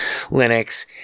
Linux